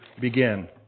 begin